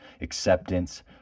acceptance